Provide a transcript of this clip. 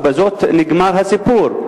ובזאת נגמר הסיפור?